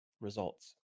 results